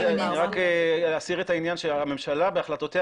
אני רק אסיר את העניין שהממשלה עדיין בהוראותיה